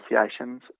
associations